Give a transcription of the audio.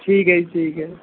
ਠੀਕ ਹੈ ਜੀ ਠੀਕ ਹੈ